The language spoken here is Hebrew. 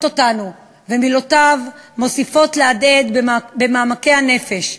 אותנו ומילותיו מוסיפות להדהד במעמקי הנפש.